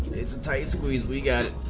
tight squeeze we get